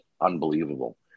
unbelievable